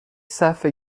صفحه